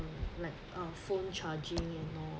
like a phone charging and more